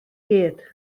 gyd